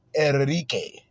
Enrique